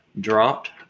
dropped